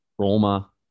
trauma